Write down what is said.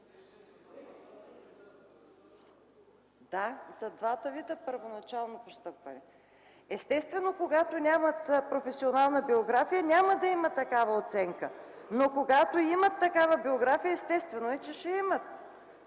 Да, за двата вида първоначално постъпване. Естествено, когато нямат професионална биография, няма да има такава оценка, но когато имат такава биография, естествено е, че ще имат.